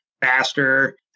faster